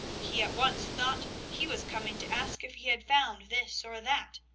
he at once thought he was coming to ask if he had found this or that.